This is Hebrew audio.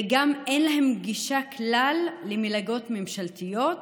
וגם אין להם גישה למלגות ממשלתיות כלל.